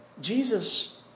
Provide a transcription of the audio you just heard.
Jesus